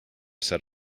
set